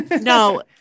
no